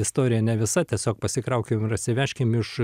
istorija ne visa tiesiog pasikraukim ir atsivežkim iš